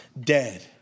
dead